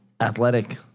athletic